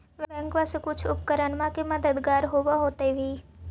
बैंकबा से कुछ उपकरणमा के मददगार होब होतै भी?